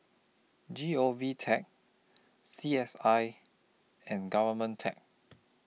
G O V Tech C S I and Government Tech